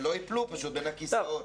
שלא ייפלו בין הכיסאות.